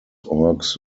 orcs